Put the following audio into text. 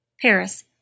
Paris